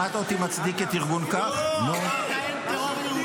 על ידי שמיר, על ידי שמיר.